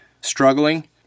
struggling